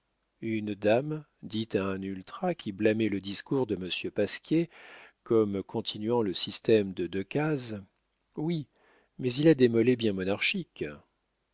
une dame dit à un ultra qui blâmait le discours de monsieur pasquier comme continuant le système de decazes oui mais il a des mollets bien monarchiques